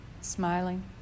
smiling